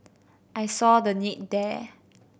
I saw the need there